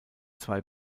zwei